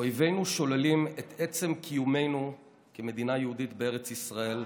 שאויבינו שוללים את עצם קיומנו כמדינה יהודית בארץ ישראל,